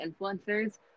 influencers